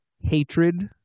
hatred